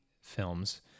films